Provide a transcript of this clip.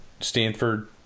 stanford